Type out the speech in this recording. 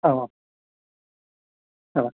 औ औ औ